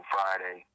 Friday